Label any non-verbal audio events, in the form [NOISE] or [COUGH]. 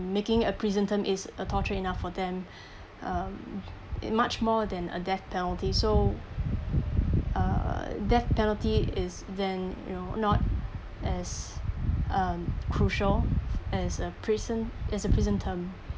making a prison term is uh torturous enough for them [BREATH] um it much more than a death penalty so uh death penalty is then you know not as uh crucial as a prison as a prison term